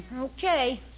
Okay